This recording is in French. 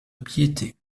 piété